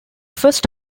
first